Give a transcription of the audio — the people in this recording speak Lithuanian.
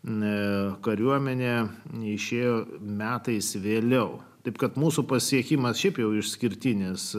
ne kariuomenė neišėjo metais vėliau taip kad mūsų pasiekimas šiaip jau išskirtinis